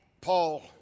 Paul